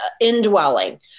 indwelling